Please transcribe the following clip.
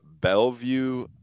Bellevue